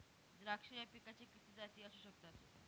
द्राक्ष या पिकाच्या किती जाती असू शकतात?